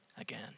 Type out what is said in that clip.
again